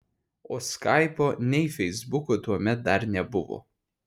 o skaipo nei feisbuko tuomet dar nebuvo